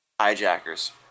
hijackers